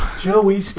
Joey